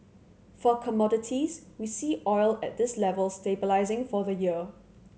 for commodities we see oil at this level stabilising for the year